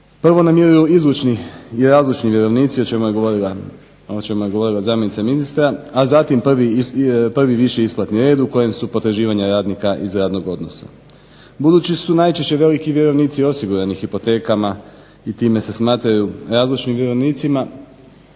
prvo namiruju izlučni i razlučni vjerovnici o čemu je govorila zamjenica ministra, a zatim prvi viši isplatni red u kojem su potraživanja radnika iz radnog odnosa. Budući su najčešće veliki vjerovnici osigurani hipotekama i time se smatraju razlučnim vjerovnicima